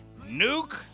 Nuke